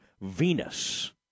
Venus